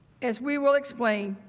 as we will explain,